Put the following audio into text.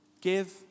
give